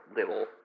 little